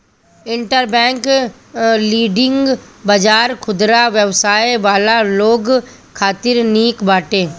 interbank lending बाजार खुदरा व्यवसाय वाला लोग खातिर निक बाटे